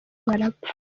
barapfa